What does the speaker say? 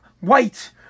white